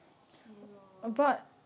okay lor